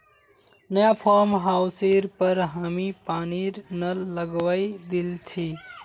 नया फार्म हाउसेर पर हामी पानीर नल लगवइ दिल छि